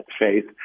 faith